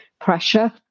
pressure